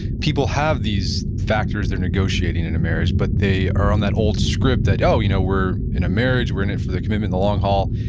people have these factors they're negotiating in a marriage, but they are on that old script that, oh, you know we're in a marriage, we're in it for the commitment, the long haul,